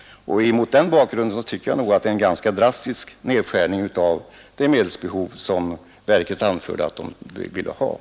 Mot den bakgrunden tycker jag att det sker en ganska drastisk nedskärning av det anslag som verket anfört att det behöver.